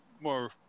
more